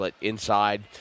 inside